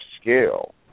scale